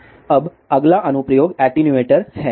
अब अगला अनुप्रयोग एटीन्यूएटर है